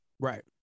Right